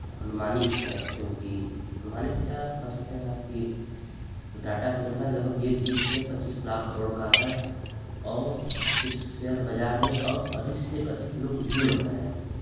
अनुमानित है क्योंकि अनुमानित क्या आप कह सकते हैं आपकी डाटा प्रबंधन यह लगभग बीस से पच्चीस लाख करोड़ का है और इस शेयर बाज़ार में और अधिक से अधिक लोग जुड़ रहे हैं